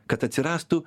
kad atsirastų